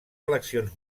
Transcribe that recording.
eleccions